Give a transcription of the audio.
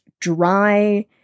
dry